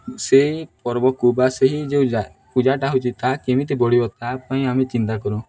ସେହି ପର୍ବକୁ ବା ସେହି ଯେଉଁ ପୂଜାଟା ହେଉଛି ତାହା କେମିତି ବଢ଼ିବ ତା ପାଇଁ ଆମେ ଚିନ୍ତା କରୁ